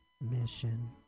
mission